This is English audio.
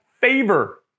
favor